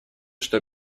что